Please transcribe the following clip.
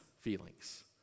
feelings